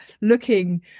looking